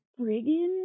friggin